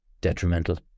detrimental